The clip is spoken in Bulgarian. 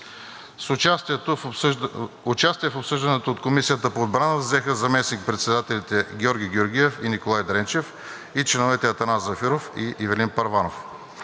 Участие в обсъждането от Комисията по отбрана взеха заместник-председателите Георги Георгиев и Николай Дренчев и членовете Атанас Зафиров и Ивелин Първанов.